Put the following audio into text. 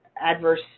adverse